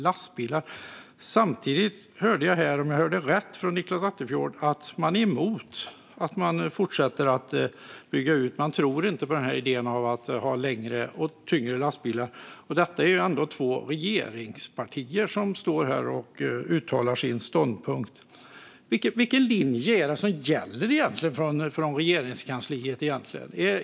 Samtidigt sa Nicklas Attefjord, om jag hörde rätt, att man är emot att fortsätta att bygga ut och att man inte tror på idén att ha längre och tyngre lastbilar. Det är ändå två regeringspartier som står här och uttalar sina ståndpunkter. Vilken linje är det som gäller egentligen från Regeringskansliet?